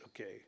okay